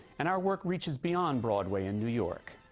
and our work reaches beyond broadway and new york.